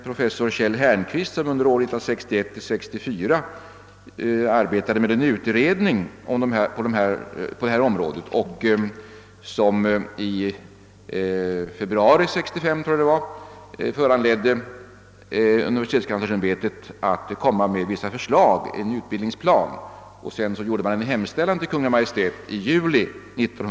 Professor Kjell Härnqvist arbetade åren 1961—1964 med en utredning på detta område, vilken föranledde universitetskanslersämbetet att i februari 1965 lägga fram vissa förslag till en utbildningsplan. I juli samma år gjorde ämbetet en hemställan = till Kungl. Maj:t.